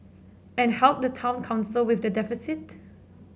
and help the town council with the deficit